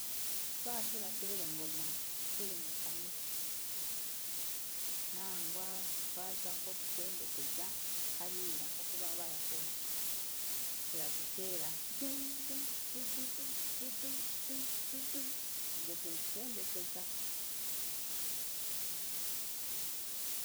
Twaturateera engoma turi mukanisa, nangwa twaza nk'okushendekyeza nk'abira nk'oku baabarakora, turagiteera du- du- dudu, dudu, du- dudu obwe turi kushendekyeza.